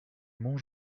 mont